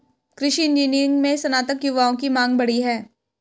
कृषि इंजीनियरिंग में स्नातक युवाओं की मांग बढ़ी है